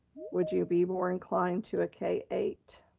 would you be more inclined to a k eight?